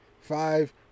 five